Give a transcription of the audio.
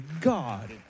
God